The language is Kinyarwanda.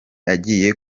agiye